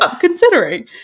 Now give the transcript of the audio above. considering